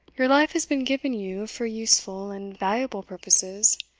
your life has been given you for useful and valuable purposes,